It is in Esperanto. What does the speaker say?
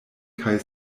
kaj